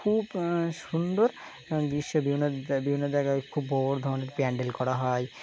খুব সুন্দর গ্রীষ্মের বিভিন্ন বিভিন্ন জায়গায় খুব বড়ো ধরনের প্যান্ডেল করা হয়